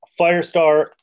Firestar